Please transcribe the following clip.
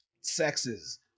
sexes